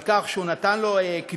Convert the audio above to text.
על כך שהוא נתן לו קדימות,